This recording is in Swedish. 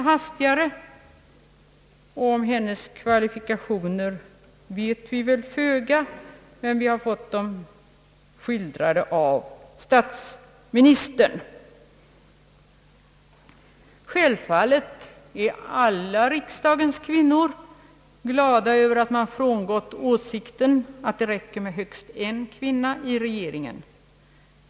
Om hennes Statsverkspropositionen m.m. kvalifikationer vet vi föga, men vi har fått dem skildrade av statsministern. Självfallet är alla riksdagens kvinnor glada över att man frångått åsikten, att det räcker med högst en kvinna i regeringen.